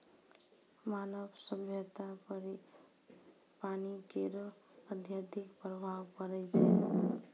मानव सभ्यता पर पानी केरो अत्यधिक प्रभाव पड़ै छै